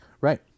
Right